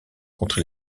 contre